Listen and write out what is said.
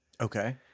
Okay